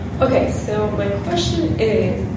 ok. so my question is,